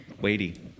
weighty